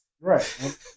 right